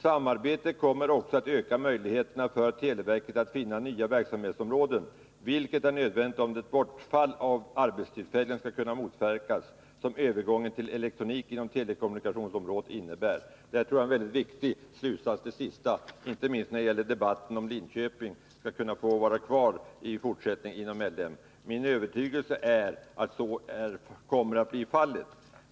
Samarbetet kommer också att öka möjligheterna för televerket att finna nya verksamhetsområden vilket är nödvändigt om det bortfall av arbetstillfällen skall kunna motverkas som övergången till elektronik inom telekommunikationsområdet innebär.” Det sista tror jag är en väldigt viktig slutsats, inte minst när det gäller debatten om huruvida Linköping skall kunna få vara kvar inom LM i fortsättningen. Min övertygelse är att så kommer att bli fallet.